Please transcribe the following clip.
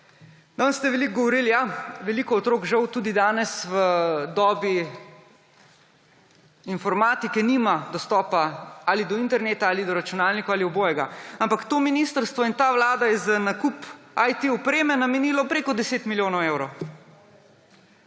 Danes ste veliko govorili, ja, veliko otrok žal tudi danes v dobi informatike nima dostopa do interneta, do računalnikov ali do obojega. Ampak to ministrstvo in ta vlada sta za nakup IT opreme namenila preko 10 milijonov evrov.